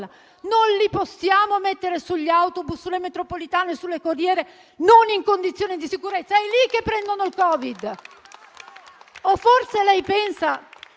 non li possiamo mettere sugli autobus, sulle metropolitane e sulle corriere in condizioni di non sicurezza. È lì che prendono il Covid! O forse lei pensa,